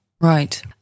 Right